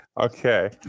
Okay